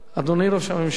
אדוני ראש הממשלה,